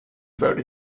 vote